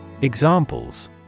Examples